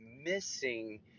missing